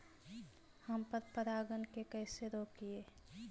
हम पर परागण के कैसे रोकिअई?